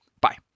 Bye